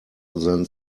than